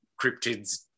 cryptids